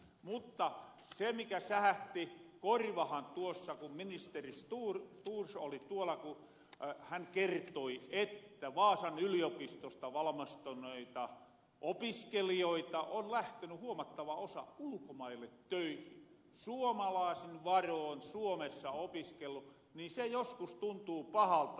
mutta se mikä sähähti korvahan tuossa ku ministeri thors oli tuolla on se ku hän kertoi että vaasan yliopistosta valamistuneita opiskelijoita on lähteny huomattava osa ulukomaille töihin suomalaasin varoon suomessa opiskellu se joskus tuntuu pahalta